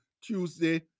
Tuesday